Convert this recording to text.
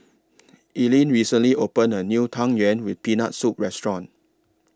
Ellyn recently opened A New Tang Yuen with Peanut Soup Restaurant